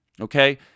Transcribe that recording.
Okay